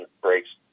breaks